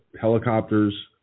helicopters